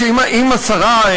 אם השרה,